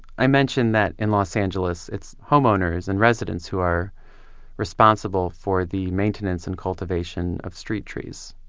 i mentioned that in los angeles, it's homeowners and residents who are responsible for the maintenance and cultivation of street trees.